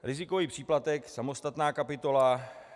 Rizikový příplatek, samostatná kapitola.